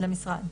למשרד.